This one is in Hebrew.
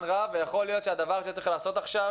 רב ויכול להיות שהדבר שצריך לעשות עכשיו